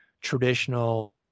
traditional